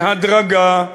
בהדרגה,